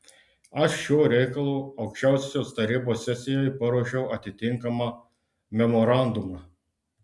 aš šiuo reikalu aukščiausiosios tarybos sesijai paruošiau atitinkamą memorandumą